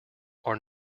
are